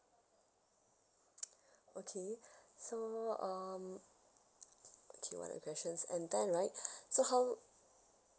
okay so um okay what are the questions and then right so how